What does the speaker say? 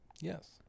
Yes